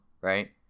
right